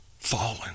fallen